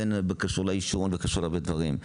זה קשור לאישורים ולהרבה דברים.